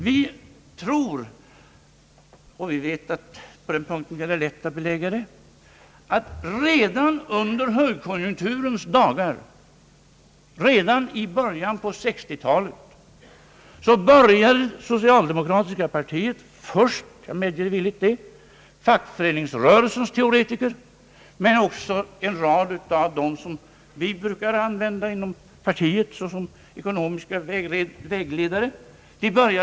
Vi vet, och på den punkten är det lätt att belägga det, att redan under högkonjunkturens dagar, redan i början av 1960-talet, började socialdemokratiska partiet — först fackföreningsrörelsens teoretiker, men också en rad av dem vi brukar använda inom partiet såsom ekonomiska vägledare — att varna.